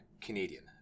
Canadian